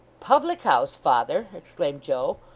public-house, father exclaimed joe,